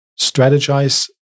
strategize